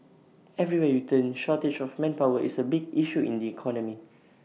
everywhere you turn shortage of manpower is A big issue in the economy